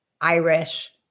Irish